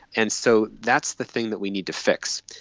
and so that's the thing that we need to fix.